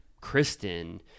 Kristen